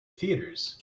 theatres